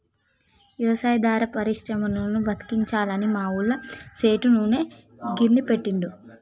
వ్యవసాయాధార పరిశ్రమలను బతికించాలని మా ఊళ్ళ సేటు నూనె గిర్నీ పెట్టిండు